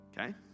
Okay